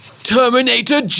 Terminator